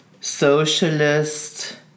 socialist